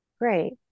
Great